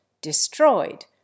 destroyed